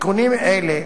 תיקונים אלה,